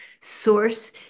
source